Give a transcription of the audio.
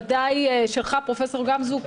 ודאי שלך פרופ' גמזו,